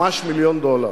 ממש מיליון דולר.